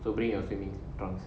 so bring your swimming trunks